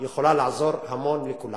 יכולה לעזור המון לכולם.